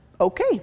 okay